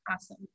Awesome